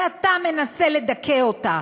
ואתה מנסה לדכא אותה.